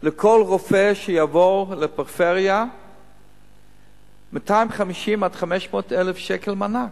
לכל רופא שיבוא לפריפריה 250,000 500,000 שקלים מענק,